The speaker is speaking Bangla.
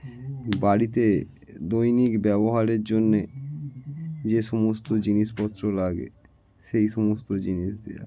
বাড়িতে দৈনিক ব্যবহারের জন্যে যে সমস্ত জিনিসপত্র লাগে সেই সমস্ত জিনিস দেওয়া